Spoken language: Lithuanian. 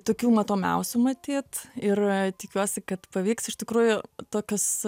tokių matomiausių matyt ir tikiuosi kad pavyks iš tikrųjų tokios